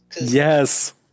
Yes